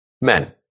men